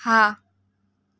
હા